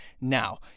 now